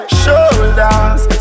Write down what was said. shoulders